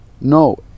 no